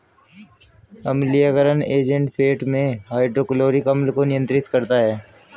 अम्लीयकरण एजेंट पेट में हाइड्रोक्लोरिक अम्ल को नियंत्रित करता है